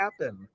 happen